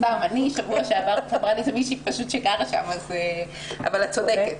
אני בשבוע שעבר פגשתי מישהי שגרה שם אבל את צודקת,